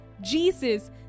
Jesus